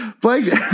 Blake